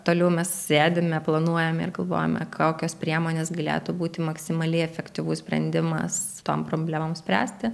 toliau mes sėdime planuojame ir galvojame kokios priemonės galėtų būti maksimaliai efektyvus sprendimas tom problemom spręsti